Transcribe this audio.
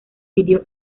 pidió